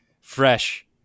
fresh